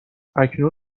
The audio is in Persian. اکنون